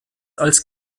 als